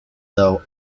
though